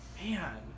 Man